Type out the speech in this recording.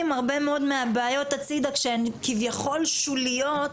פשוט הצידה הרבה מאוד מהבעיות שהן כביכול שוליות,